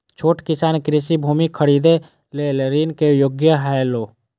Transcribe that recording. छोट किसान कृषि भूमि खरीदे लेल ऋण के योग्य हौला?